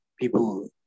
people